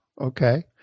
okay